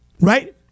Right